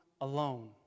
alone